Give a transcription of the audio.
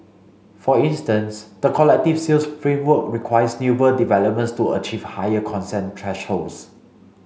for instance the collective sales framework requires newer developments to achieve higher consent thresholds